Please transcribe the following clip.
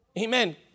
Amen